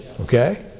okay